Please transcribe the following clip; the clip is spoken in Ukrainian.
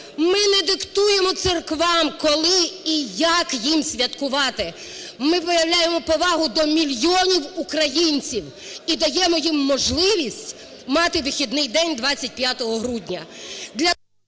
ми не диктуємо церквам, коли і як їм святкувати, ми виявляємо повагу до мільйонів українців і даємо їм можливість мати вихідний день 25 грудня.